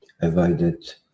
avoided